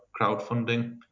crowdfunding